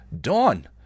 Dawn